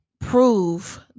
prove